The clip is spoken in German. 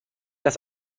das